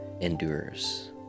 endures